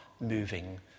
moving